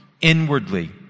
inwardly